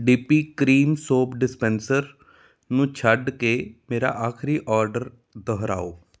D P cream soap dispenser ਨੂੰ ਛੱਡ ਕੇ ਮੇਰਾ ਆਖਰੀ ਔਡਰ ਦੁਹਰਾਓ